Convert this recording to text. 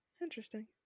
Interesting